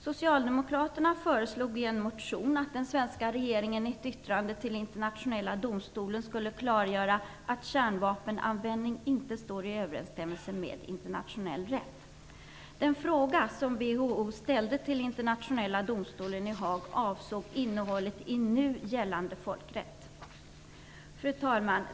Socialdemokraterna föreslog i en motion att den svenska regeringen i ett yttrande till Internationella domstolen skulle klargöra att kärnvapenanvändning inte står i överensstämmelse med internationell rätt. Den fråga som WHO ställde till Internationella domstolen i Haag avsåg innehållet i nu gällande folkrätt. Fru talman!